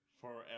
Forever